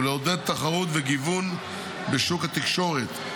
ולעודד תחרות וגיוון בשוק התקשורת.